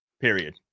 period